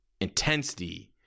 intensity